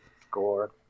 score